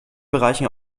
bereichen